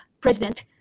president